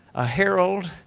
a herald,